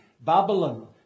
Babylon